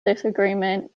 disagreement